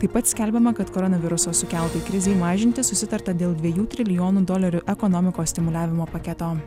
taip pat skelbiama kad koronaviruso sukeltai krizei mažinti susitarta dėl dviejų trilijonų dolerių ekonomikos stimuliavimo paketo